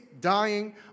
dying